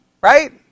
right